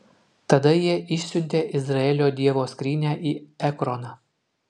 tada jie išsiuntė izraelio dievo skrynią į ekroną